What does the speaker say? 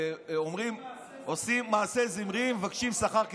שעושים מעשה זמרי ומבקשים שכר כפינחס.